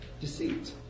deceit